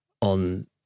On